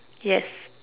yes